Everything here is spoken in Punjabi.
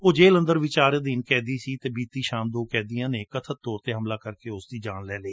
ਉਹ ਜੇਲੁ ਅੰਦਰ ਵਿਚਾਰ ਅਧੀਨ ਕੈਦੀ ਸੀ ਅਤੇ ਬੀਤੀ ਸ਼ਾਮ ਦੋ ਕੈਦੀਆਂ ਨੇ ਕਬਤ ਤੌਰ ਤੇ ਹਮਲਾ ਕਬਕੇ ਉਸ ਦੀ ਜਾਨ ਲੈ ਲਈ